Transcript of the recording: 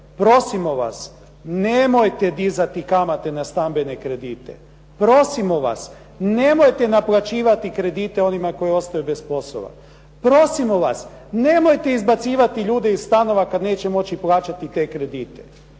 Prosimo vas, nemojte dizati kamate na stambene kredite, prosimo vas nemojte naplaćivati kredite onima koji ostaju bez poslove, prosimo vas, nemojte izbacivati ljude iz stanova kada neće moći plaćati te kredite.